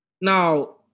Now